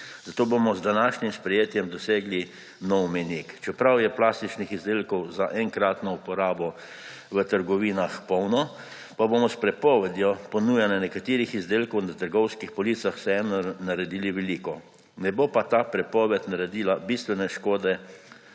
Zato bomo z današnjim sprejetjem dosegli nov mejnik. Čeprav je plastičnih izdelkov za enkratno uporabo v trgovinah polno, pa bomo s prepovedjo ponujanja nekaterih izdelkov na trgovskih policah vseeno naredili veliko. Ne bo pa ta prepoved naredila bistvene škode